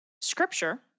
Scripture